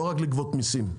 לא רק לגבות מיסים.